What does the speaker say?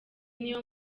niyo